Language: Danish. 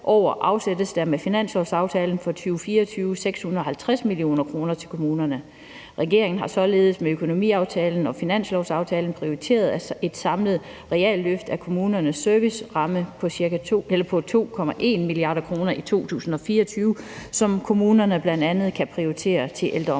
afsættes der med finanslovsaftalen for 2024 650 mio. kr. til kommunerne. Regeringen har således med økonomiaftalen og finanslovsaftalen prioriteret et samlet realløft af kommunernes serviceramme på 2,1 mia. kr. i 2024, som kommunerne bl.a. kan prioritere til ældreområdet.